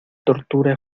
tortura